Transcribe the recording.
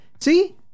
see